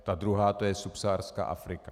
Ta druhá, to je subsaharská Afrika.